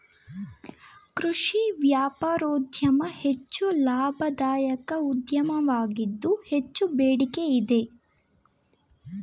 ಕೃಷಿ ವ್ಯಾಪಾರೋದ್ಯಮ ಹೆಚ್ಚು ಲಾಭದಾಯಕ ಉದ್ಯೋಗವಾಗಿದ್ದು ಹೆಚ್ಚು ಬೇಡಿಕೆ ಇದೆ